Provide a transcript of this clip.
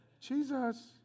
Jesus